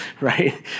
right